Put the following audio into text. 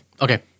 Okay